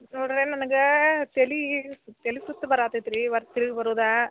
ನೋಡ್ರಿ ನನಗೆ ತಲೆ ತಲೆ ಸುತ್ತು ಬರೋ ಹತೈತಿ ರೀ ಇವತ್ತೇ ಬರೋದ